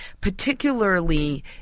Particularly